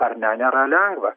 ar ne nėra lengva